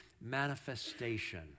manifestation